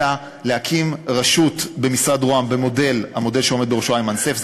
אלא להקים רשות במשרד ראש הממשלה במודל של זו שעומד בראשה איימן סייף.